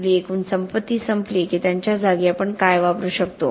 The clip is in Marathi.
आपली एकूण संपत्ती संपली की त्यांच्या जागी आपण काय वापरू शकतो